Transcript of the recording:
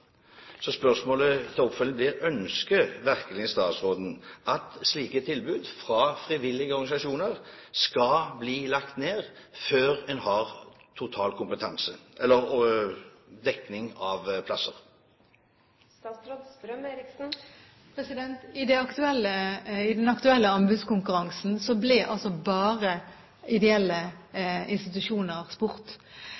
Ønsker virkelig statsråden at slike tilbud fra frivillige organisasjoner skal bli lagt ned før en har full dekning av plasser?